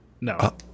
No